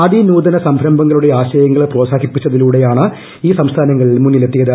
അതിനൂതന സംരംഭങ്ങളുടെ ആശയങ്ങൾ പ്രോത്സാഹിപ്പിച്ചതിലൂടെയാണ് ഈ സംസ്ഥാനങ്ങൾ മുന്നില്ലെത്തിയത്